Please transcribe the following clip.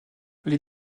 les